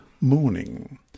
morning